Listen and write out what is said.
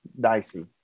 dicey